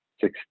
six